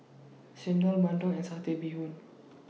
Chendol Bandung and Satay Bee Hoon